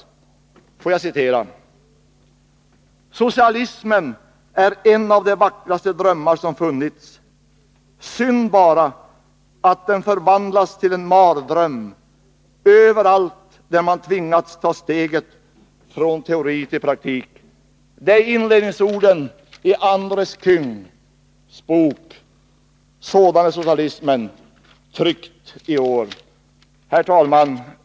Jag vill också citera inledningsorden i Andres Kängs bok Sådan är socialismen, tryckt i år: ”Socialismen är en av de vackraste drömmar som funnits. Synd bara att den förvandlats till en mardröm överallt där man tvingats ta steget från teori till praktik.” Herr talman!